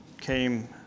came